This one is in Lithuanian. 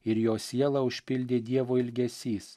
ir jos sielą užpildė dievo ilgesys